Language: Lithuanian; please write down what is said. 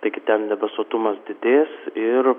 taigi ten debesuotumas didės ir